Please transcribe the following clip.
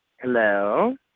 Hello